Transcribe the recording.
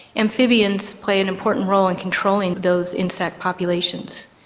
amphibians play an important role in controlling those insect populations.